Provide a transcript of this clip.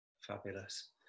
fabulous